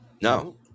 No